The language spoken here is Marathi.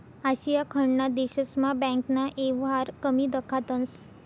आशिया खंडना देशस्मा बँकना येवहार कमी दखातंस